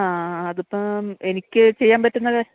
ആ അതിപ്പം എനിക്ക് ചെയ്യാൻ പറ്റുന്നത്